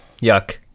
Yuck